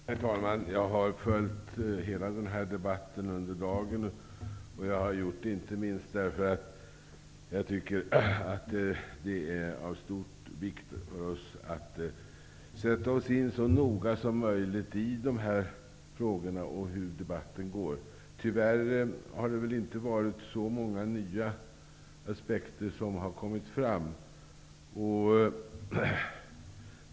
Herr talman! Jag har under dagen följt hela den här debatten. Jag har gjort det inte minst därför att jag tycker att det är av stor vikt att vi så noga som möjligt sätter oss in i dessa frågor och i hur debatten går. Tyvärr har det väl inte kommit fram så många nya aspekter.